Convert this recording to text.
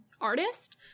artist